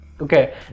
Okay